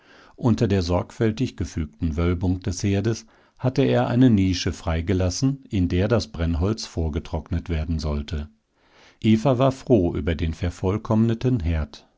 unter der sorgfältig gefügten wölbung des herdes hatte er eine nische freigelassen in der das brennholz vorgetrocknet werden sollte eva war froh über den vervollkommneten herd